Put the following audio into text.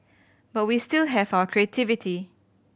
but we still have our creativity